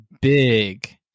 big